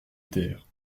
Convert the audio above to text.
terre